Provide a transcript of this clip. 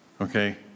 Okay